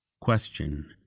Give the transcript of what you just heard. Question